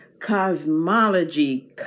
cosmology